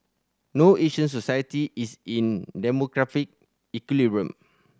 no Asian society is in demographic equilibrium